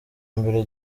mbere